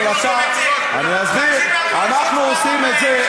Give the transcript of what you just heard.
אבל אתה, אתם עושים את זה,